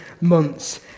months